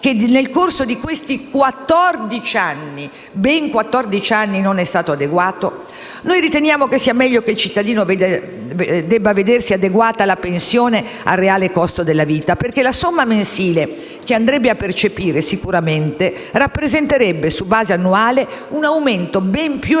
che nel corso di questi quattordici anni - ben quattordici anni - non è stato adeguato. Noi riteniamo sia meglio che il cittadino debba vedere adeguata la pensione al reale costo della vita, perché la somma mensile che andrebbe a percepire rappresenterebbe sicuramente su base annuale un aumento ben più elevato